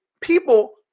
People